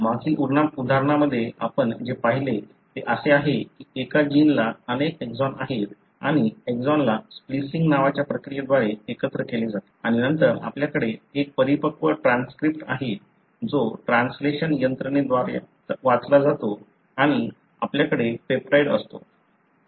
मागील उदाहरणामध्ये आपण जे पाहिले ते असे आहे की एका जिनला अनेक एक्सॉन आहेत आणि एक्सॉनला स्प्लिसिन्ग नावाच्या प्रक्रियेद्वारे एकत्र केले जाते आणि नंतर आपल्याकडे एक परिपक्व ट्रान्सक्रिप्ट आहे जो ट्रान्सलेशन यंत्रने द्वारा वाचला जातो आणि आपल्याकडे पेप्टाइड असतो